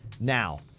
now